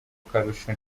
akarusho